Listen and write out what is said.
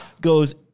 goes